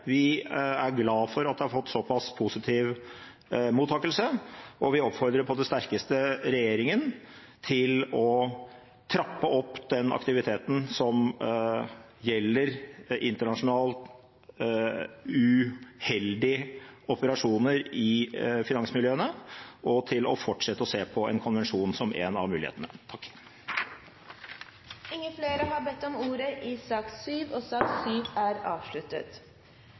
Vi er glad for at det har fått så pass positiv mottakelse, og vi oppfordrer på det sterkeste regjeringen til å trappe opp den aktiviteten som gjelder internasjonalt uheldige operasjoner i finansmiljøene, og til å fortsette å se på en konvensjon som en av mulighetene. Flere har ikke bedt om ordet til sak nr. 7. Presidenten vil foreslå at sakene nr. 8 og